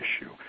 issue